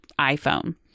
iPhone